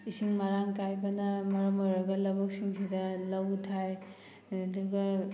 ꯏꯁꯤꯡ ꯃꯔꯥꯡ ꯀꯥꯏꯕꯅ ꯃꯔꯝ ꯑꯣꯏꯔꯒ ꯂꯕꯨꯛꯁꯤꯡꯁꯤꯗ ꯂꯧ ꯊꯥꯏ ꯑꯗꯨꯒ